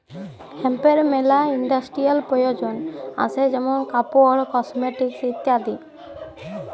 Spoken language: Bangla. হেম্পের মেলা ইন্ডাস্ট্রিয়াল প্রয়জন আসে যেমন কাপড়, কসমেটিকস ইত্যাদি